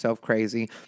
crazy